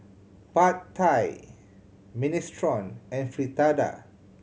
Pad Thai Minestrone and Fritada